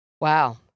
Wow